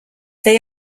they